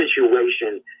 situation